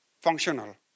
functional